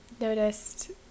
noticed